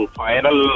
final